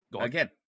Again